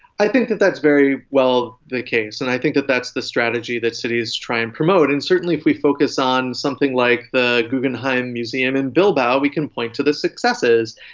i think that that's very well the case, and i think that that's the strategy that cities try and promote. and certainly if we focus on something like the guggenheim museum in bilbao we can point to the successes.